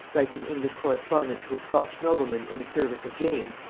writes an english correspondent to a scotch nobleman in the service of james,